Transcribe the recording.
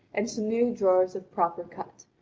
and some new drawers of proper cut.